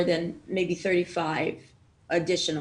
קצת יותר מ-35 מקרים נוספים.